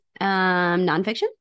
Nonfiction